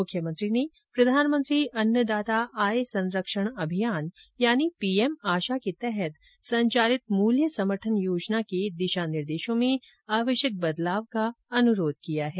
मुख्यमंत्री ने प्रधानमंत्री अन्नदाता आय संरक्षण अभियान यानी पीएम आशा के तहत संचालित मूल्य समर्थन योजना के दिशा निर्देशों में आवश्यक परिवर्तन का अनुरोध किया है